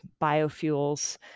biofuels